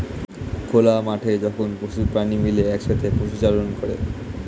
খোলা মাঠে যখন পশু প্রাণী মিলে একসাথে পশুচারণ করে